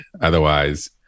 Otherwise